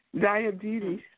diabetes